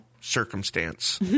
circumstance